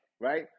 right